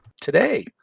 today